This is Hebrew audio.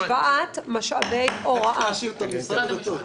זו השוואת משאבי הוראה בשפה משפטית.